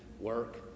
work